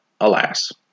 alas